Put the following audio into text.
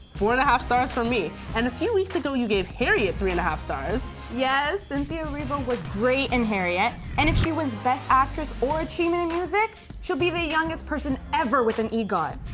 four and a half stars from me. and a few weeks ago you gave harriet three and a half stars. yes. cynthia riva was great in harriet. and if she wins best actress or achievement in music, she'll be the youngest person ever with an egot.